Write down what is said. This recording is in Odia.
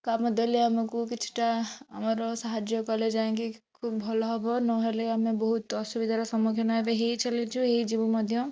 କାମ ଦେଲେ ଆମକୁ କିଛିଟା ଆମର ସାହାଯ୍ୟ କଲେ ଯାଇକି ଖୁବ ଭଲହବ ନହେଲେ ଆମେ ବହୁତ ଅସୁବିଧାର ସମ୍ମୁଖୀନ ଏବେ ହେଇଚାଲିଛୁ ହେଇଯିବୁ ମଧ୍ୟ